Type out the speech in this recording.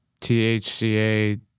THCA